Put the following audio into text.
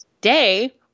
Today